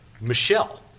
Michelle